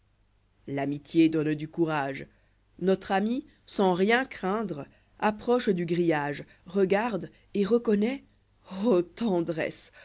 l'aïnitié donne du courage notre ami sans rien craindre approche du grillage a regarde et reconnoît ô tendresse